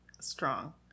Strong